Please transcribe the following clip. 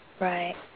Right